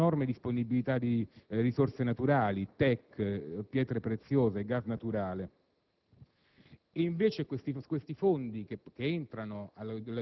soprattutto per la produzione agricola ma anche ora per l'enorme disponibilità di risorse naturali, tek, pietre preziose, gas naturale.